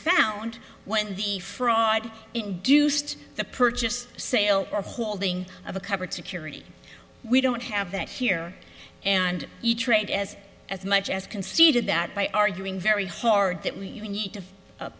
found when the fraud induced the purchase sale of holding of a covered security we don't have that here and the trade as as much as conceded that by arguing very hard that we need to